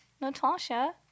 Natasha